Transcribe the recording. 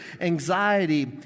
anxiety